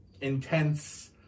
intense